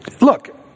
look